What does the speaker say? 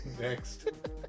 next